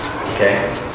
Okay